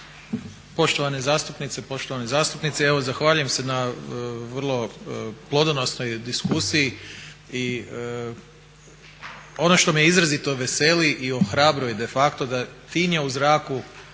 Poštovani zastupnice i poštovani zastupnici evo zahvaljujem se na vrlo plodonosnoj diskusiji i ono što me izrazito veseli i ohrabruje de facto da tinja u zraku